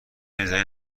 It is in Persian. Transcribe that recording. زمین